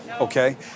okay